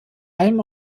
allem